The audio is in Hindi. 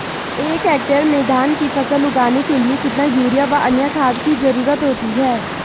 एक हेक्टेयर में धान की फसल उगाने के लिए कितना यूरिया व अन्य खाद की जरूरत होती है?